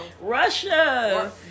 Russia